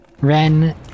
Ren